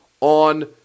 on